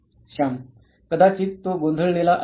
श्याम कदाचित तो गोंधळलेला असेल